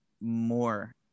more